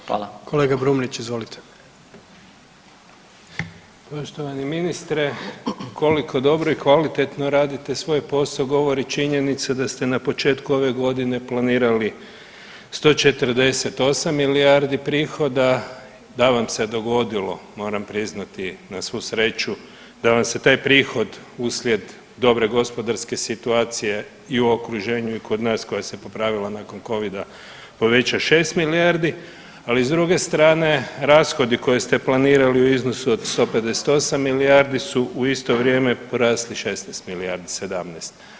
Poštovani ministre koliko dobro i kvalitetno radite svoj posao govori činjenica da ste na početku ove godine planirali 148 milijardi prihoda da vam se dogodilo moram priznati na svu sreću da vam se taj prihod uslijed dobre gospodarske situacije i u okruženju i kod nas koja se popravila nakon Covida poveća 6 milijardi, ali s druge strane rashodi koje ste planirali u iznosu od 158 milijardi su u isto vrijeme porasli 16 milijardi 17.